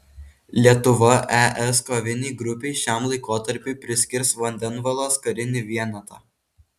lietuva es kovinei grupei šiam laikotarpiui priskirs vandenvalos karinį vienetą